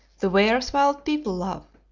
the wares wild people love,